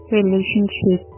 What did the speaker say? relationship